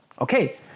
okay